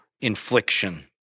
infliction